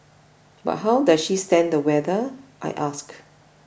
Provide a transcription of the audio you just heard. but how does she stand the weather I ask